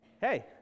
Hey